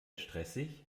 stressig